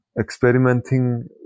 experimenting